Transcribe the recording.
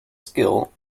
skill